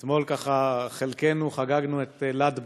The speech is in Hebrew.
אתמול חלקנו חגגנו את ל"ד בעומר,